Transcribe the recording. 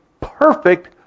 perfect